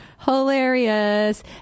hilarious